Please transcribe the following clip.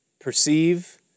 perceive